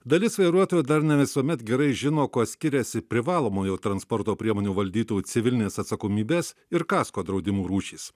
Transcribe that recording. dalis vairuotojų dar ne visuomet gerai žino kuo skiriasi privalomojo transporto priemonių valdytų civilinės atsakomybės ir kasko draudimų rūšys